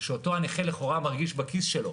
שאותו הנכה לכאורה מרגיש בכיס שלו,